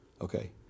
okay